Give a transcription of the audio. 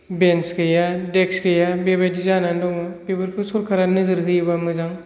बेन्स गैया देक्स गैया बेबायदि जानानै दङ बेफोरखौ सरकारा नोजोर होयोबा मोजां